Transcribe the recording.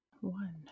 One